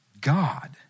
God